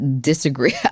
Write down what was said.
disagree